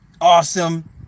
awesome